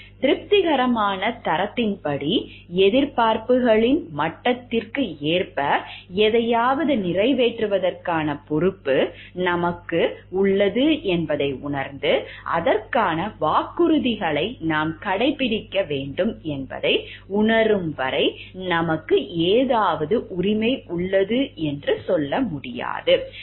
திருப்திகரமான தரத்தின்படி எதிர்பார்ப்புகளின் மட்டத்திற்கு ஏற்ப எதையாவது நிறைவேற்றுவதற்கான பொறுப்பு நமக்கு உள்ளது என்பதை உணர்ந்து அதற்கான வாக்குறுதிகளை நாம் கடைப்பிடிக்க வேண்டும் என்பதை உணரும் வரை நமக்கு ஏதாவது உரிமை உள்ளது என்று சொல்ல முடியாது